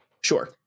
Sure